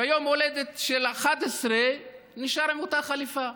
ביום ההולדת 11 נשאר עם אותה חליפה,